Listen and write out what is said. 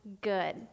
good